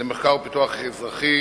למחקר ופיתוח אזרחי,